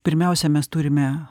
pirmiausia mes turime